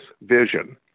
vision